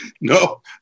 No